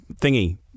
Thingy